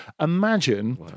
Imagine